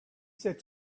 said